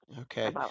Okay